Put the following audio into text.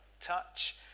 touch